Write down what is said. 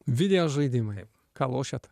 video žaidimai ką lošiat